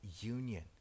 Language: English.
union